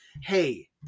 hey –